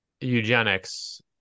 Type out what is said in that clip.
eugenics